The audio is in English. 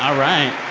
um right.